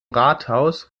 rathaus